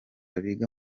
biga